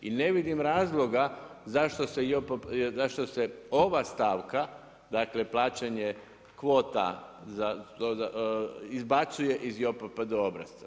I ne vidim razloga zašto se ova stavka dakle plaćanje kvota izbacuje iz JOPPD obrasca.